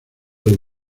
del